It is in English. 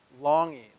longing